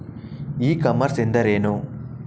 E commerce ಎಂದರೇನು?